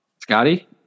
Scotty